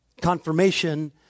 Confirmation